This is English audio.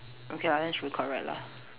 okay lah then should be correct lah